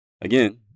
Again